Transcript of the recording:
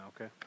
okay